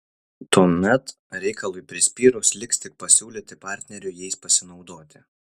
tuomet reikalui prispyrus liks tik pasiūlyti partneriui jais pasinaudoti